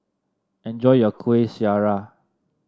enjoy your Kueh Syara